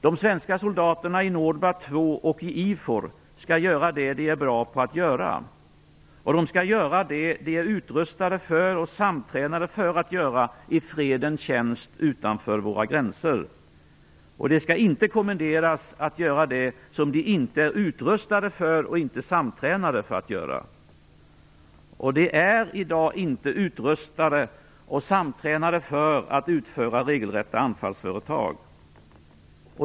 De svenska soldaterna i NORDBAT 2 och i IFOR skall göra det de är bra på att göra. De skall göra det de är utrustade för och samtränade för att göra i fredens tjänst utanför våra gränser. De skall inte kommenderas att göra det som de inte är utrustade för och inte samtränade för att göra. De är i dag inte utrustade och samtränade för att utföra regelrätta anfallsföretag.